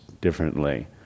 differently